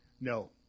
No